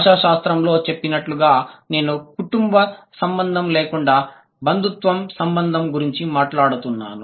భాషాశాస్త్రంలో చెప్పినట్లుగా నేను కుటుంబ సంబంధం లేదా బంధుత్వ సంబంధం గురించి మాట్లాడుతున్నాను